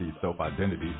self-identity